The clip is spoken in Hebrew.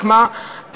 רק מה,